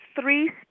three